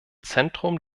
zentrum